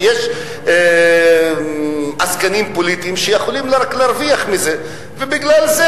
שיש עסקנים פוליטיים שיכולים רק להרוויח מזה ובגלל זה,